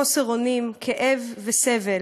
חוסר אונים, כאב וסבל